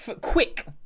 quick